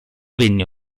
venne